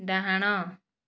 ଡାହାଣ